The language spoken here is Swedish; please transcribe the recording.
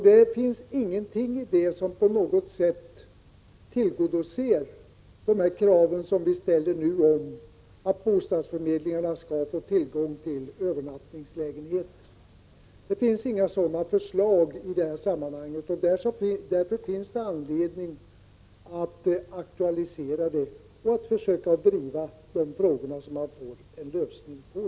Det finns ingenting i det som ställer kravet att bostadsförmedlingarna skall få tillgång till övernattningslägenheter. Därför finns det anledning att aktualisera detta och försöka få en lösning.